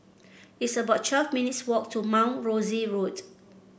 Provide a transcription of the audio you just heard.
it's about twelve minutes' walk to Mount Rosie Road